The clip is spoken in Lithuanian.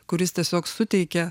kuris tiesiog suteikia